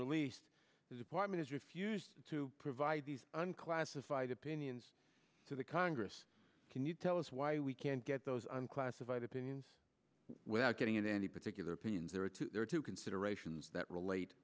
released department is refused to provide these unclassified opinions to the congress can you tell us why we can't get those unclassified opinions without getting into any particular opinions or two there are two considerations that relate